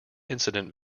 incident